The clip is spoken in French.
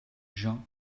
jean